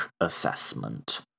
assessment